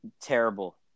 terrible